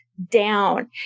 Down